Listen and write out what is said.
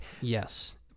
Yes